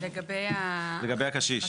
לגבי הקשיש.